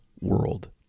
world